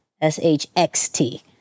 s-h-x-t